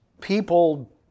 people